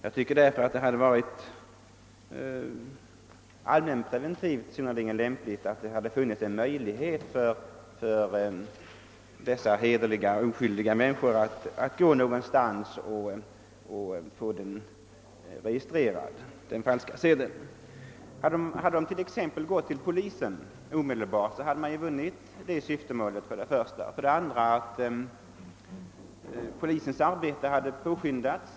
Jag tycker därför att det ur allmänpreventiva synpunkter hade varit synnerligen värdefullt, om det hade funnits en möjlighet för oskyldiga människor som drabbas på detta sätt att gå till någon institution och få den falska sedeln registrerad och ersatt. Om dessa personer t.ex. hade kunnat gå till polisen omedelbart, så hade man för det första vunnit det syftet och för det andra hade polisens arbete påskyndats.